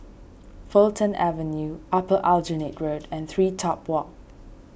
Fulton Avenue Upper Aljunied Road and TreeTop Walk